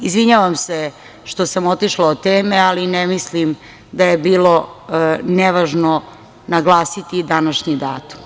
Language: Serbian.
Izvinjavam se što sam otišla od teme, ali ne mislim da je bilo nevažno naglasiti današnji datum.